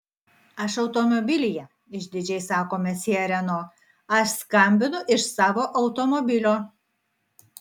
aš automobilyje išdidžiai sako mesjė reno aš skambinu iš savo automobilio